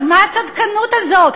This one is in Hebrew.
אז מה הצדקנות הזאת?